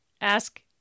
Ask